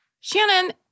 Shannon